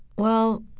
well,